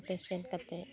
ᱚᱱᱛᱮ ᱥᱮᱱ ᱠᱟᱛᱮ